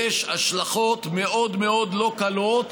יש השלכות מאוד מאוד לא קלות.